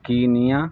کیمیا